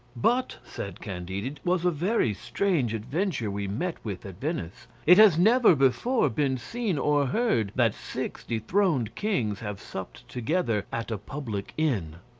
but, said candide, it was a very strange adventure we met with at venice. it has never before been seen or heard that six dethroned kings have supped together at a public inn.